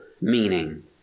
meaning